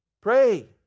Pray